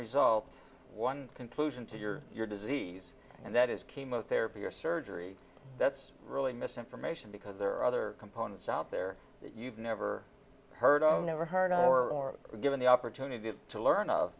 result one conclusion to your your disease and that is chemotherapy or surgery that's really misinformation because there are other components out there you've never heard of never heard of or were given the opportunity to learn of